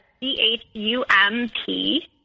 C-H-U-M-P